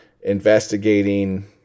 investigating